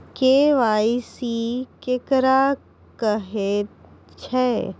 KYC केकरा कहैत छै?